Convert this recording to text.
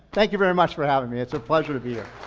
thank you very much for having me. it's a pleasure to be here.